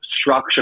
structure